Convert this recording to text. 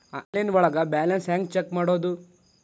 Online ಒಳಗೆ balance ಹ್ಯಾಂಗ check ಮಾಡೋದು?